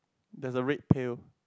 there's a red pail